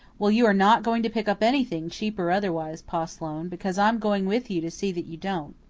well, you are not going to pick up anything, cheap or otherwise, pa sloane, because i'm going with you to see that you don't.